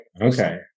Okay